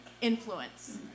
influence